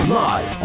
live